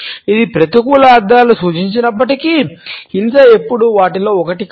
ఇది ప్రతికూల అర్థాలను సూచించినప్పటికీ హింస ఎప్పుడూ వాటిలో ఒకటి కాదు